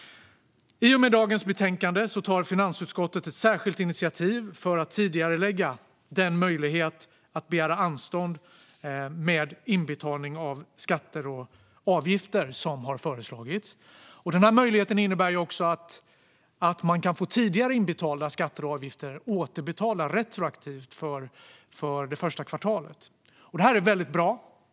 I och med dagens betänkande tar finansutskottet ett särskilt initiativ för att tidigarelägga den möjlighet att begära anstånd med inbetalning av skatter och avgifter som har föreslagits. Denna möjlighet innebär också att man kan få tidigare inbetalda skatter och avgifter för det första kvartalet återbetalda retroaktivt. Detta är väldigt bra.